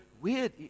weird